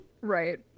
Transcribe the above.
Right